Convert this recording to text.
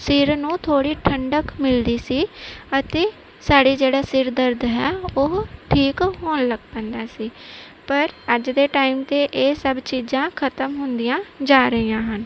ਸਿਰ ਨੂੰ ਥੋੜ੍ਹੀ ਠੰਡਕ ਮਿਲਦੀ ਸੀ ਅਤੇ ਸਾਡੇ ਜਿਹੜਾ ਸਿਰ ਦਰਦ ਹੈ ਉਹ ਠੀਕ ਹੋਣ ਲੱਗ ਪੈਂਦਾ ਸੀ ਪਰ ਅੱਜ ਦੇ ਟਾਈਮ 'ਤੇ ਇਹ ਸਭ ਚੀਜ਼ਾਂ ਖ਼ਤਮ ਹੁੰਦੀਆਂ ਜਾ ਰਹੀਆਂ ਹਨ